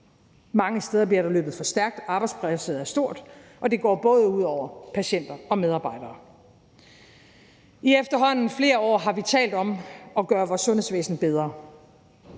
Mange steder bliver der løbet for stærkt, arbejdspresset er stort, og det går både ud over patienter og medarbejdere. I efterhånden flere år har vi talt om at gøre vores sundhedsvæsen bedre.